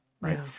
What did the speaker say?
right